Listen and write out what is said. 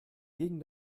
gegen